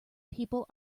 people